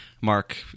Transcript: Mark